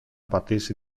πατήσει